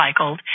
recycled